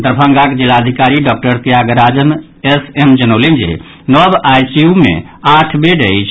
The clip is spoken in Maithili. दरमंगाक जिलाधिकारी डॉक्टर त्यागराजन एस एम जनौलनि जे नव आईसीयू मे आठ बेड बढ़ल अछि